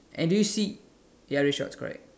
and do you see ya red shorts correct